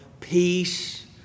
peace